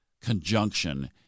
conjunction